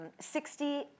60